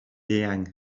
eang